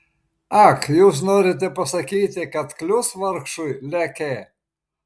ak jūs norite pasakyti kad klius vargšui leke